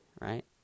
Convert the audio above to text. Right